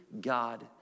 God